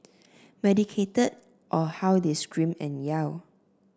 medicated or how they scream and yell